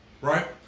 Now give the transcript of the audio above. right